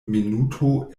minuto